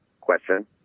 question